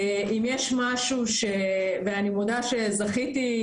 אני מודה שזכיתי,